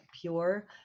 pure